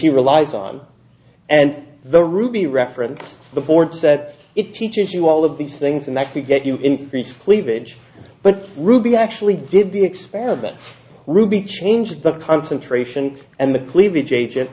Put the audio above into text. she relies on and the ruby reference the board said it teaches you all of these things and that could get you increase cleavage but ruby actually did the experiments ruby change the concentration and the cleavage a